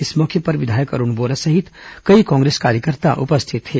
इस मौके पर विधायक अरूण वोरा सहित कई कांग्रेस कार्यकर्ता उपस्थित थे